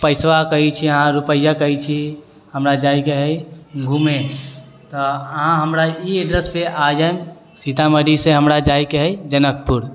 पइसा कहै छिए अहाँ रुपैआ कहै छिए हमरा जाइके हइ घुमऽ तऽ अहाँ हमरा एहि एड्रेसपर आबि जाएब सीतामढ़ीसँ हमरा जाइके हइ जनकपुर